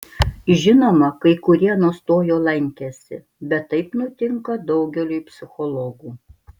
žinoma kai kurie nustojo lankęsi bet taip nutinka daugeliui psichologų